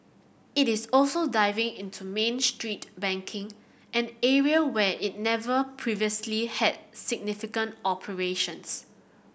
it is also diving into Main Street banking an area where it never previously had significant operations